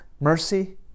Mercy